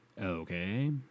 Okay